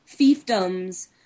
fiefdoms